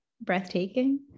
breathtaking